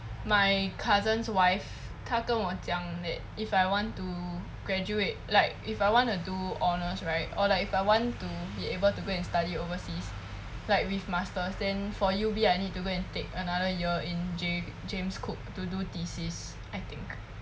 my cousin's wife 她跟我讲 that if I want to graduate like if I wanted to do honours right or like if I want to be able to go and study overseas like with masters then for U_B I need to go and take another year in ja~ james cook to do thesis I think